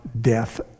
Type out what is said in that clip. death